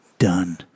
done